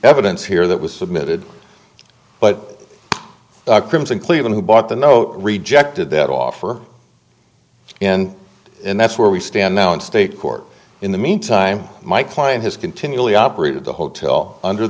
evidence here that was submitted but crimson cleaving who bought the note rejected that offer and that's where we stand now in state court in the meantime my client has continually operated the hotel under